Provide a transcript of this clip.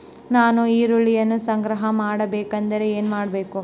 ನಾನು ಈರುಳ್ಳಿಯನ್ನು ಸಂಗ್ರಹ ಮಾಡಬೇಕೆಂದರೆ ಏನು ಮಾಡಬೇಕು?